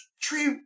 tree